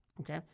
Okay